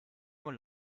nur